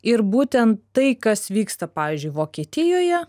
ir būtent tai kas vyksta pavyzdžiui vokietijoje